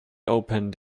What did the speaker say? opened